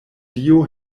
dio